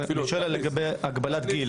אני שואל מבחינת הגבלת גיל.